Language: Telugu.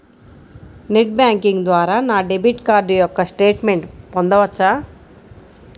నెట్ బ్యాంకింగ్ ద్వారా నా డెబిట్ కార్డ్ యొక్క స్టేట్మెంట్ పొందవచ్చా?